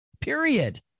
Period